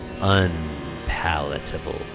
Unpalatable